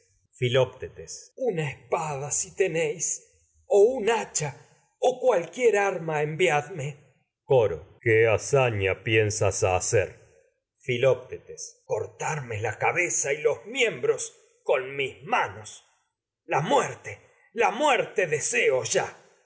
filoctetes una espada si tenéis o nn hacha o cualquier coro arma enviadme qué hazaña piensas hacer filoctetes con cortarme la cabeza y los miembros mis manos la muerte la muerte deseo ya